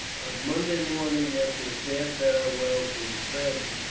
on monday morning, after a sad farewell to his family,